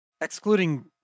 excluding